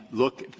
look,